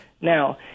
Now